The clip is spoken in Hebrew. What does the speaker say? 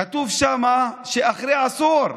כתוב שם שאחרי עשור,